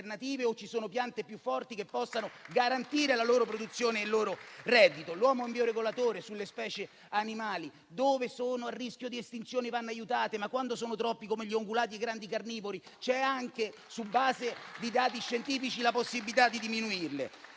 o ci sono piante più forti che possano garantire la loro produzione e il loro reddito. L'uomo è un bioregolatore sulle specie animali: dove sono a rischio di estinzione vanno aiutate, ma quando sono troppe, come gli ungulati e i grandi carnivori, anche su base di dati scientifici c'è la possibilità di diminuirle.